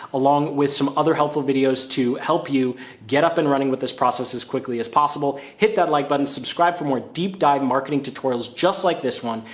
along with some other helpful videos to help you get up and running with this process as quickly as possible, hit that like button, subscribe for more deep dive marketing tutorials, just like this one.